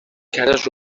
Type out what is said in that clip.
cares